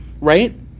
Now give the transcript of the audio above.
right